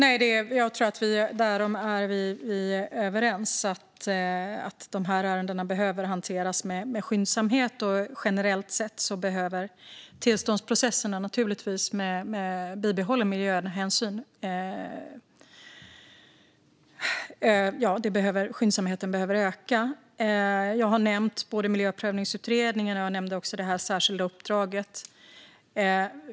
Fru talman! Därom är vi överens. De här ärendena behöver hanteras med skyndsamhet. Generellt sett behöver skyndsamheten i tillståndsprocesserna öka, naturligtvis med bibehållen miljöhänsyn. Jag har nämnt Miljöprövningsutredningen. Jag nämnde också det särskilda uppdraget.